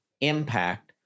impact